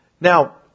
Now